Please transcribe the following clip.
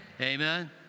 Amen